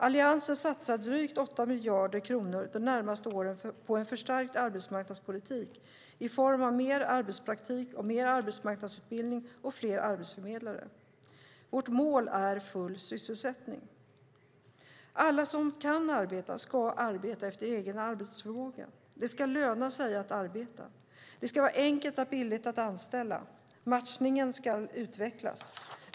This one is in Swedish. Alliansen satsar de närmaste åren drygt 8 miljarder kronor på en förstärkt arbetsmarknadspolitik i form av mer arbetspraktik, mer arbetsmarknadsutbildning och fler arbetsförmedlare. Vårt mål är full sysselsättning. Alla som kan arbeta ska arbeta efter egen arbetsförmåga. Det ska löna sig bättre att arbeta. Det ska vara enkelt och billigt att anställa. Matchningen ska utvecklas.